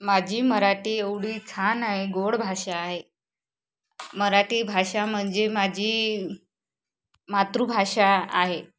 माझी मराठी एवढी छान आ आहे गोड भाषा आहे मराठी भाषा म्हणजे माझी मातृभाषा आहे